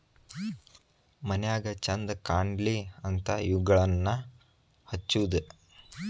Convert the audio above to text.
ಮನ್ಯಾಗ ಚಂದ ಕಾನ್ಲಿ ಅಂತಾ ಇವುಗಳನ್ನಾ ಹಚ್ಚುದ